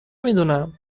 میدونم